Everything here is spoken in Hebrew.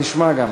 נשמע גם.